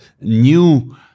new